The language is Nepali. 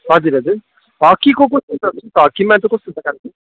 हजुर हजुर हक्कीको कस्तो छ हक्कीमा चाहिँ कस्तो छ कालेबुङ